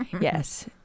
yes